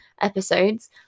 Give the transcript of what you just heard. episodes